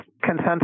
consensus